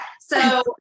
So-